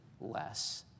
less